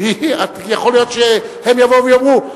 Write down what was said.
יכול להיות שהם יבואו ויאמרו,